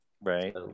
right